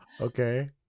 Okay